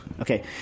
Okay